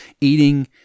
eating